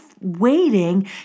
waiting